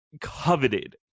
coveted